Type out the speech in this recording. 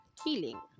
healing